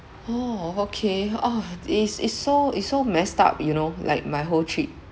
orh okay orh it's it's so it's so messed up you know like my whole trip